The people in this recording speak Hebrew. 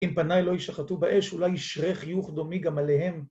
‫אם פני לא ישחטו באש, ‫אולי ישרה חיוך דומי גם עליהם.